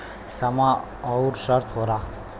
समय अउर शर्त होला